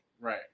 right